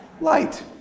light